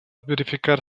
verificar